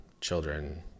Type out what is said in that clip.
children